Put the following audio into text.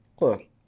look